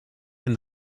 and